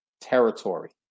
territory